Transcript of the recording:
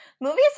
movies